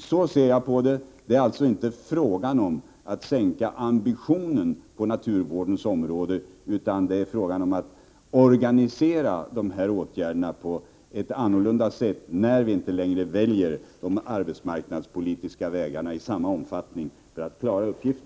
Så ser jag på dessa frågor. Det är inte fråga om att sänka ambitionen på naturvårdens område, utan det är fråga om att organisera åtgärderna på ett annat sätt, när vi inte längre väljer de arbetsmarknadspolitiska vägarna i samma utsträckning som tidigare.